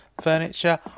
furniture